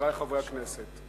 חברי חברי הכנסת,